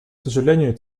сожалению